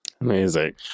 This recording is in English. Amazing